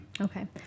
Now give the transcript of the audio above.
Okay